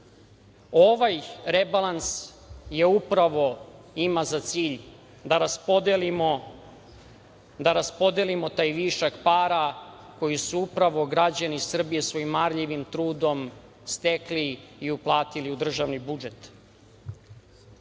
Ovaj rebalans upravo ima za cilj da raspodelimo taj višak para koji su upravo građani Srbije svojim marljivim trudom stekli i uplatili u državni budžet. Samo